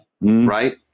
right